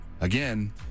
again